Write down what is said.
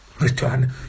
Return